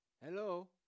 Hello